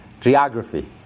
geography